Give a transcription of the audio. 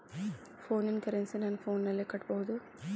ಫೋನಿನ ಕರೆನ್ಸಿ ನನ್ನ ಫೋನಿನಲ್ಲೇ ಕಟ್ಟಬಹುದು?